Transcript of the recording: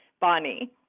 bonnie